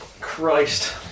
Christ